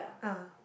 ah